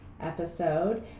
episode